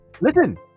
listen